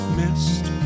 missed